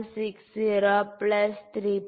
60 plus 3